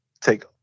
take